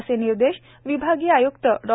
असे निर्देश विभागीय आयुक्त डॉ